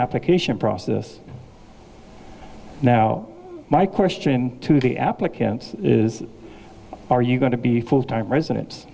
application process now my question to the applicants is are you going to be full time resident